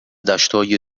دشتای